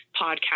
podcast